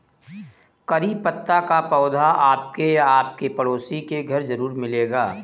करी पत्ता का पौधा आपके या आपके पड़ोसी के घर ज़रूर मिलेगा